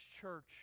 church